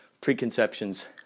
preconceptions